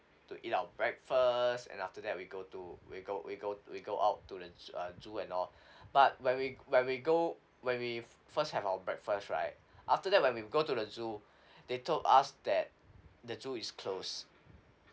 to eat our breakfast and after that we go to we go we go we go out to lunch uh zoo and all but when we when we go when we first have our breakfast right after that when we go to the zoo they told us that the zoo is closed